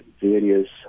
various